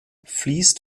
fließt